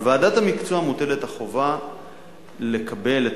על ועדת המקצוע מוטלת החובה לקבל את